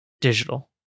digital